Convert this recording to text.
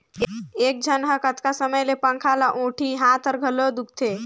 एक झन ह कतना समय ले पंखा ल ओटही, हात हर घलो दुखते